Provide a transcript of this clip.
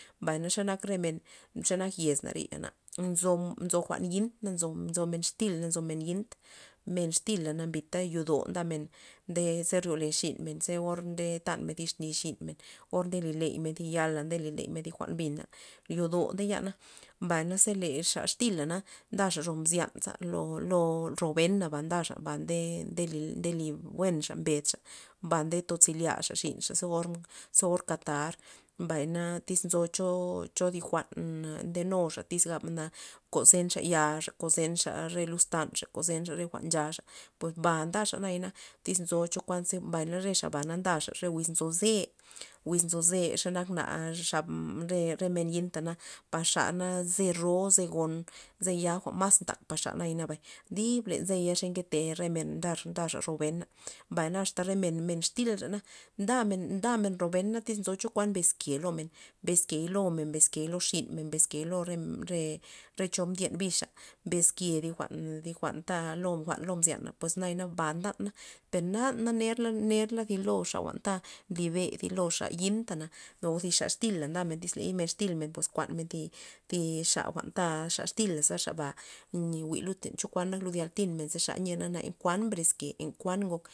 Mbayna xenak re men xenak yez nare yana nzo- nzo jwa'n yit na nzomen xtyl na nzomen yit, men xtyla nambita yodo ndamen nde ze rolye xinmen ze or ndetan men thi xny xinmen or ndeli leymen yala ndeli leymen jwa'n bina yodo ndeyana mbayna ze le xa xtyla ndaxa ro mzyana lo- lo robena ndaxa ba ndeli ndeli buenxa bedxa ba nde tozyn lyaxa xinxa ze or katar mbay na tyz nzo cho- cho thi jwa'n ndenuxa tyx gabna kozenxa yaxa kozenxa re luz ta' nxa kozenxa jwa'n nchaxa pues ba ndaxa nayana tyz nzo chokuan re xa na ndaxa re wiz nzo ze wiz nzo ze xenak na xab nzo re re men yinta par xana ze ro ze gon ze jwa'n mas ntak par xa nayana dib len ze ya nkete re men ndaxa ro bena mbay na asta men- men xtilrena ndamen- ndamen ro ben tyz chokuan mbeske lomen nmbes key lomen mbes key lo xin men mbeskey lo re- re cho re chon mbyen bixa mbes ke re jwa'n thi jwa'n lo mzyana pues ba ndan na nerla- nerla thi loxa nlibe thi loxa yintana lo xa extila ley men extilmen kuanmen thi- thi xa extila za ba jwi' len chokuan lud yaltin men teyia kuan brezke kuan ngok